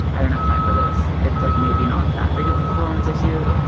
i don't have time for this. it's like maybe not that big of a performance issue,